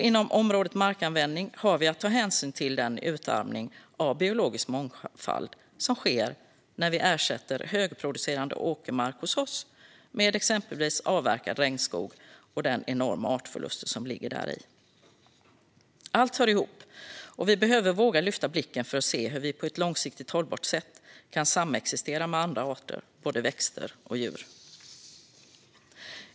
Inom området markanvändning har vi att ta hänsyn till den utarmning av biologisk mångfald som sker när vi ersätter högproducerande åkermark hos oss med exempelvis avverkad regnskog och den enorma artförlust som ligger däri. Allt hör ihop, och vi behöver våga lyfta blicken för att se hur vi på ett långsiktigt hållbart sätt kan samexistera med andra arter, både växter och djur.